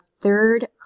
third